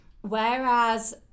whereas